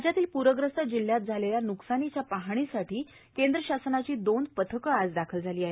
राज्यातील पूरग्रस्त जिल्ह्यात झालेल्या नुकसानीच्या पाहणीसाठी केंद्र शासनाची दोन पथकं आज दाखल होत आहेत